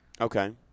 Okay